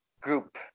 group